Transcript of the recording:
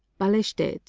ballested.